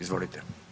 Izvolite.